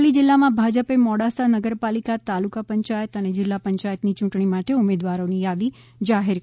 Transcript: અરવલ્લી જિલ્લામાં ભાજપે મોડાસા નગર પાલિકા તાલુકા પંચાયત અને જિલ્લા પંચાયતની યૂંટણી માટે ઉમેદવારોની યાદી જાહેર કરી છે